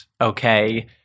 okay